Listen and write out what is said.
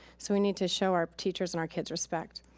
so we need to show our teachers and our kids respect.